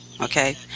okay